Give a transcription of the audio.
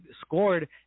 scored